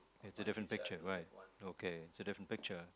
it's a different picture right okay it's a different picture